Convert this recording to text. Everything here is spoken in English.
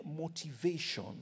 motivation